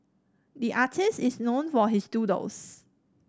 the artist is known for his doodles